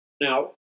Now